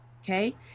Okay